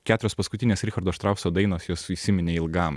keturios paskutinės richardo štrauso dainos jos įsiminė ilgam